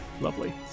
Lovely